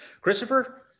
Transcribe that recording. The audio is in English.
Christopher